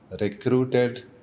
recruited